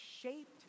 shaped